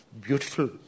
beautiful